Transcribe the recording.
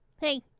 hey